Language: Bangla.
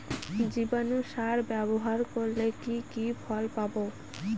জীবাণু সার ব্যাবহার করলে কি কি ফল পাবো?